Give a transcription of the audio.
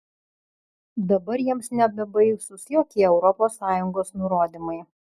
dabar jiems nebebaisūs jokie europos sąjungos nurodymai